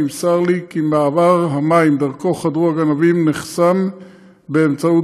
נמסר לי כי מעבר המים שדרכו חדרו הגנבים נחסם בבטון.